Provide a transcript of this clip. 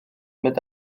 mynd